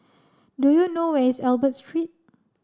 do you know where is Albert Street